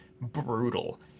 brutal